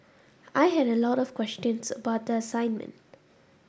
I had a lot of questions about the assignment